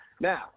Now